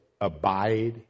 abide